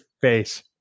face